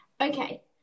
Okay